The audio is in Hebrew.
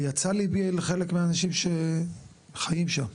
ויצא ליבי על חלק מהאנשים שחיים שם,